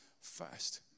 first